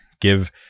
give